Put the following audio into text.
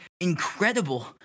incredible